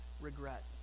regret